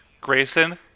Grayson